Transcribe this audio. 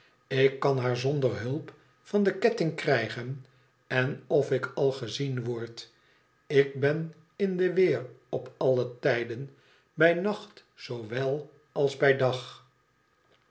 ik kan haar zonder hulp van den ketting krijgen en of ik al gezien word ik ben in de weer op alle tijden bij nacht zoowel als bij dag